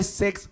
six